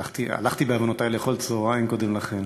הלכתי, בעוונותי, לאכול צהריים קודם לכן,